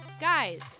Guys